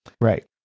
Right